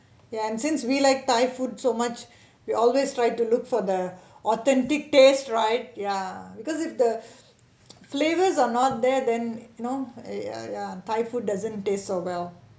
ya and since we like thai food so much we always try to look for the authentic taste right ya because if the flavors are not there then you know ah ah thai food doesn't taste so well